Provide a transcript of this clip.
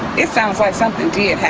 it sounds like something did